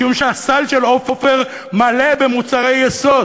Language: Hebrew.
משום שהסל של עופר מלא במוצרי יסוד,